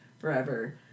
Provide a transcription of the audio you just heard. forever